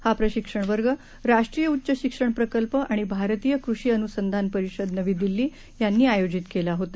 हाप्रशिक्षणवर्गराष्ट्रीयउच्चशिक्षणप्रकल्पआणिभारतीयकृषिअन्संधानपरिषदनवीदिल्लीयांनी आयोजितकेलाहोता